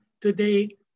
today